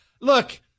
Look